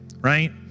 right